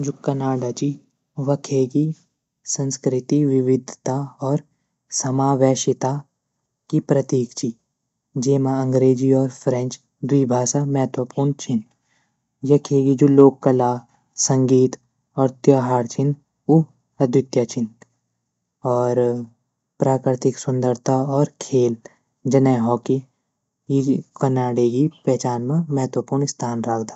जू कनाडा ची वखे गी संस्कृति, विविधता और समावेशिता की प्रतीक ची जेमा अंग्रेज़ी और फ़्रेंच द्वि भाषा महत्वपूर्ण छीन यखे गी जू लोक कला, संगीत, और त्योहार छीन उ अद्वित्य छीन और प्राकृतिक सुंदरता और खेल जने हॉकी ई कनाडे गी पहचान म महत्वपूर्ण स्थान राखदा।